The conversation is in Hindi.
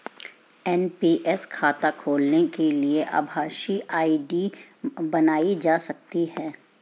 एन.पी.एस खाता खोलने के लिए आभासी आई.डी बनाई जा सकती है